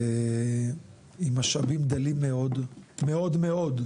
עם משאבים דלים מאוד מאוד,